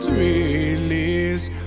release